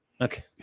Okay